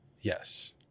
yes